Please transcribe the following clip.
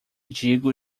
digo